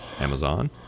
Amazon